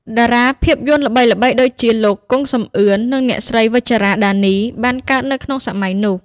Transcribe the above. តារាភាពយន្តល្បីៗដូចជា លោក គង់ សំអឿន និងអ្នកស្រី វិជ្ជរា ដានី បានកើតនៅក្នុងសម័យនោះ។